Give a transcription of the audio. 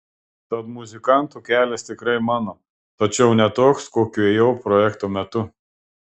tad muzikanto kelias tikrai mano tačiau ne toks kokiu ėjau projekto metu